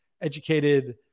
educated